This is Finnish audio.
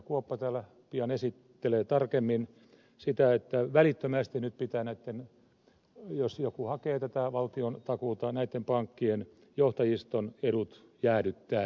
kuoppa täällä pian esittelee tarkemmin että välittömästi nyt pitää näyttönä oli jos joku pankki hakee tätä valtiontakuuta välittömästi pitää näitten pankkien johtajiston edut jäädyttää